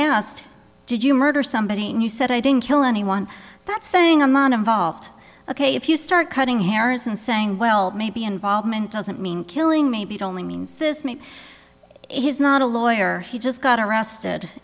asked did you murder somebody and you said i didn't kill anyone that's saying a man involved ok if you start cutting harris and saying well maybe involvement doesn't mean killing maybe it only means this made his not a lawyer he just got arrested